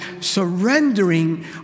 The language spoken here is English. surrendering